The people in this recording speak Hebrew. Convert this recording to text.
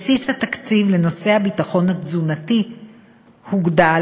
בסיס התקציב לנושא הביטחון התזונתי הוגדל,